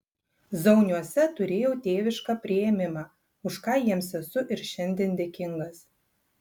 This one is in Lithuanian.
zauniuose turėjau tėvišką priėmimą už ką jiems esu ir šiandien dėkingas